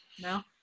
No